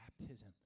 baptism